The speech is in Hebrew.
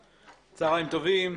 צוהריים טובים.